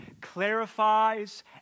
clarifies